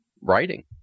writing